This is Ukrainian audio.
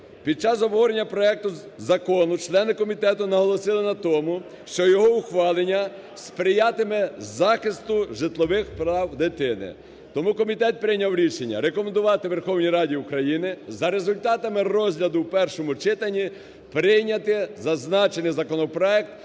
Під час обговорення проекту закону члени комітету наголосили на тому, що його ухвалення сприятиме захисту житлових прав дитини. Тому комітет прийняв рішення рекомендувати Верховній Раді України за результатами розгляду в першому читанні прийняти зазначений законопроект